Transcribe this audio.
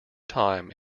time